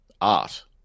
art